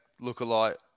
lookalike